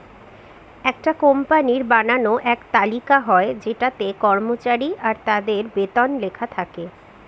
একটা কোম্পানির বানানো এক তালিকা হয় যেটাতে কর্মচারী আর তাদের বেতন লেখা থাকে